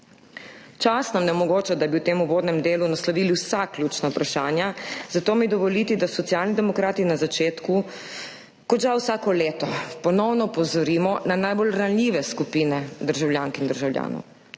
Čas nam ne omogoča, da bi v tem uvodnem delu naslovili vsa ključna vprašanja, zato mi dovolite, da Socialni demokrati na začetku kot žal vsako leto ponovno opozorimo na najbolj ranljive skupine državljank in državljanov.